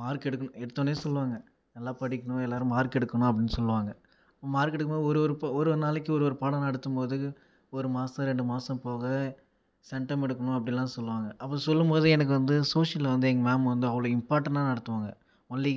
mark எடு எடுத்தோடனையே சொல்லுவாங்க நல்லா படிக்கணும் எல்லோரும் மார்க் எடுக்கணும் அப்படின்னு சொல்லுவாங்க மார்க் எடுக்கும் போது ஒரு ஒரு ஒரு ஒரு நாளைக்கு ஒரு ஒரு பாடம் நடத்தும் போது ஒரு மாதம் ரெண்டு மாதம் போக செண்டம் எடுக்கணும் அப்படிலா சொல்லுவாங்க அப்படி சொல்லும் போது எனக்கு வந்து சோசியலில் எங்கள் மேம் வந்து அவ்வளோ இம்பார்ட்டண்ட்டாக நடத்துவாங்க ஒன்லி